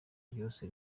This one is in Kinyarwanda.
ryose